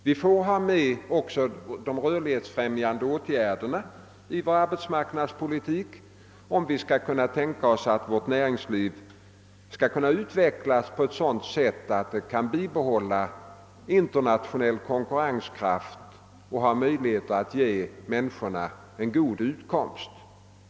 Vi måste ta med även de rörlighetsfrämjande åtgärderna i vår arbetsmarknadspolitik, om vårt näringsliv skall kunna utvecklas så, att det kan bibehålla internationell konkurrenskraft och ge människorna en god utkomst.